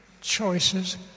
choices